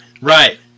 right